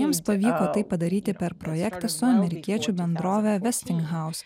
mums pavyko tai padaryti per projektą su amerikiečių bendrove vesting house